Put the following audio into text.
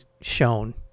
shown